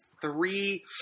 three